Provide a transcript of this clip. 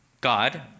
God